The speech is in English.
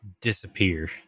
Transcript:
disappear